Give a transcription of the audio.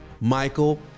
Michael